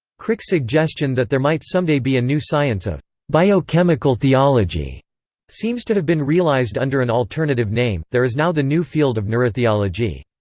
crick's suggestion that there might someday be a new science of biochemical theology seems to have been realized under an alternative name there is now the new field of neurotheology.